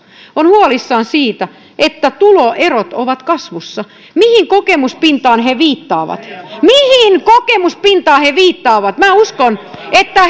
on huolissaan siitä että tuloerot ovat kasvussa mihin kokemuspintaan he viittaavat mihin kokemuspintaan he viittaavat minä uskon että